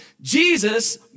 Jesus